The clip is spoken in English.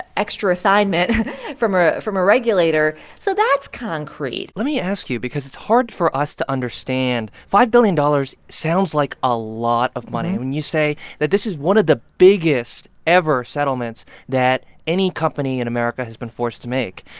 extra assignment from ah from a regulator. so that's concrete let me ask you because it's hard for us to understand five billion dollars sounds like a lot of money. when you say that this is one of the biggest ever settlements that any company in america has been forced to make,